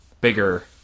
bigger